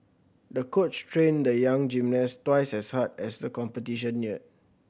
the coach trained the young gymnast twice as hard as the competition neared